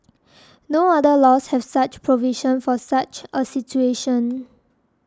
no other laws have such provisions for such a situation